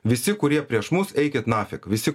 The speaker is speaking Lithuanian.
visi kurie prieš mus eikit nafig visi